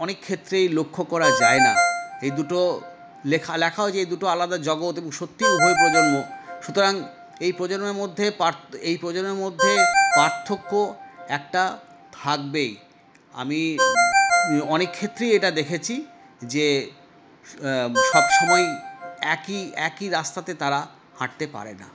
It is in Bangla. অনেক ক্ষেত্রেই লক্ষ করা যায়না এই দুটো লেখা লেখাও যে দুটো আলাদা জগৎ এবং সত্যি উভয় প্রজন্ম সুতরাং এই প্রজন্মের মধ্যে এই প্রজন্মের মধ্যে পার্থক্য একটা থাকবেই আমি অনেক ক্ষেত্রেই এটা দেখেছি যে সবসময়ই একই একই রাস্তাতে তারা হাঁটতে পারেনা